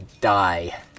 Die